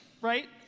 right